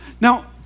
Now